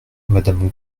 madame